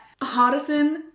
hardison